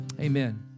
Amen